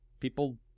People